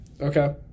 Okay